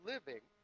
living